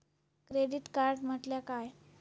Credit card म्हटल्या काय?